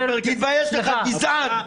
תתבייש לך, גזען.